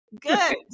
Good